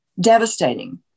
devastating